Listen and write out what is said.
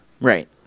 right